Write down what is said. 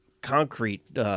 concrete